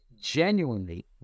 genuinely